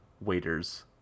waiter's